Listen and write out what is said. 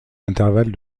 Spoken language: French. intervalle